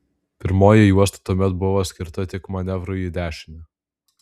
pirmoji juosta tuomet buvo skirta tik manevrui į dešinę